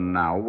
now